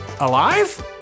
alive